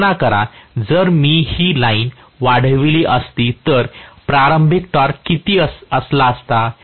कल्पना करा जर मी ही लाईन वाढविली असती तर प्रारंभिक टॉर्क किती असला असता